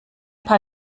paar